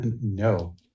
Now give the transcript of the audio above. No